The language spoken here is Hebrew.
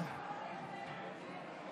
התשפ"ב 2021,